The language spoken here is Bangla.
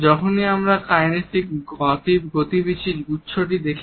যখন আমরা কাইনেসিক গতিবিধির গুচ্ছ দেখি